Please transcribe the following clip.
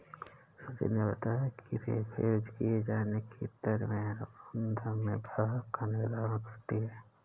सचिन ने बताया कि रेफेर किये जाने की दर में अनुबंध में भुगतान का निर्धारण करती है